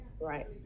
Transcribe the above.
right